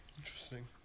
Interesting